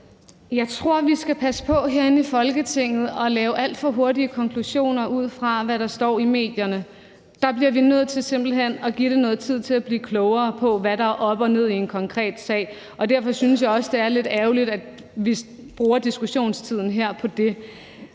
Jeg tror, vi skal passe på med herinde i Folketinget at lave alt for hurtige konklusioner ud fra, hvad der står i medierne; der bliver vi simpelt hen nødt til at give det noget tid, så vi kan blive klogere på, hvad der er op og ned i en konkret sag. Og derfor synes jeg også, det er lidt ærgerligt, at vi bruger diskussionstiden her på det.